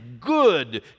good